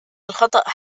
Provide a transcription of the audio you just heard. الخطأ